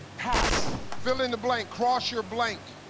pass. fill in the blank cross your blank.